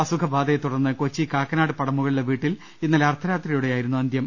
അസുഖബാധയെത്തു ടർന്ന് കൊച്ചി കാക്കനാട് പടമുകളിലെ വീട്ടിൽ ഇന്നലെ അർദ്ധരാത്രിയോ ടെയായിരുന്നു അന്ത്യം